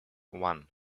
one